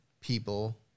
people